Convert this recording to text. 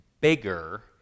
bigger